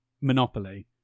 monopoly